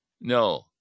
No